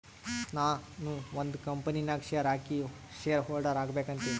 ನಾನು ಒಂದ್ ಕಂಪನಿ ನಾಗ್ ಶೇರ್ ಹಾಕಿ ಶೇರ್ ಹೋಲ್ಡರ್ ಆಗ್ಬೇಕ ಅಂತೀನಿ